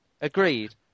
Agreed